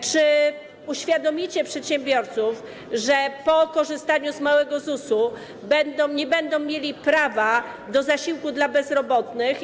Czy uświadomicie przedsiębiorców, że po korzystaniu z małego ZUS-u nie będą mieli prawa do zasiłku dla bezrobotnych?